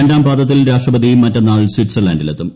രണ്ടാം പാദത്തിൽ രാഷ്ട്രപതി മറ്റന്നാൾ സ്വിറ്റ്സർലാൻഡിൽ എത്തും